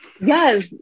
Yes